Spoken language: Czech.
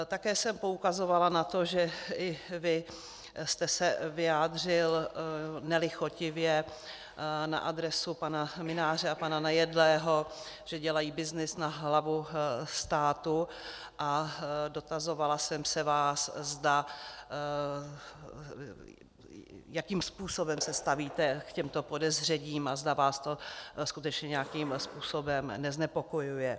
Také jsem poukazovala na to, že i vy jste se vyjádřil nelichotivě na adresu pana Mynáře a pana Nejedlého, že dělají byznys na hlavu státu, a dotazovala jsem se vás, jakým způsobem se stavíte k těmto podezřením a zda vás to skutečně nějakým způsobem neznepokojuje.